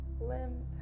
limbs